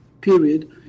period